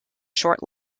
short